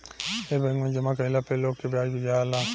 ए bank मे जामा कइला पे लोग के ब्याज दियाला